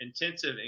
intensive